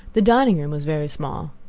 the dining-room was very small.